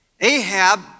Ahab